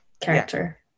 character